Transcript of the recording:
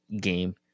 game